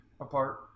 apart